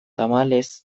tamalez